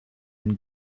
and